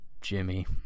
Jimmy